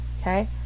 okay